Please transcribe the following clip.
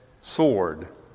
sword